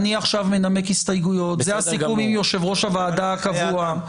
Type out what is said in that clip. אם הסיכום הופר והאופוזיציה לא מקבלת שעתיים